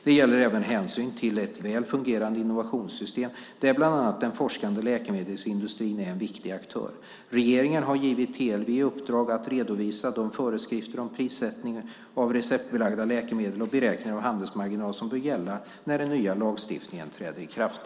Det gäller även hänsyn till ett väl fungerande innovationssystem där bland annat den forskande läkemedelsindustrin är en viktig aktör. Regeringen har givit TLV i uppdrag att redovisa de föreskrifter om prissättning av receptbelagda läkemedel och beräkning av handelsmarginal som bör gälla när den nya lagstiftningen träder i kraft.